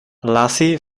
lasi